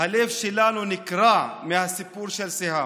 "הלב שלנו נקרע מהסיפור של סיהאם.